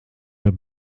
über